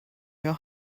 your